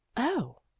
oh!